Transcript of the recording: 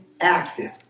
active